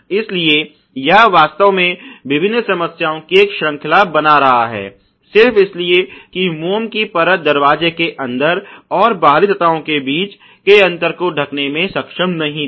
इसलिए यह वास्तव में विभिन्न समस्याओं की एक श्रृंखला बना रहा है सिर्फ इसलिए कि मोम की परत दरवाजे के अंदर और बाहरी सतहों के बीच के अंतर को ढकने में सक्षम नहीं थी